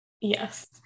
Yes